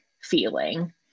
feeling